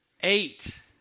eight